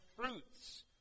fruits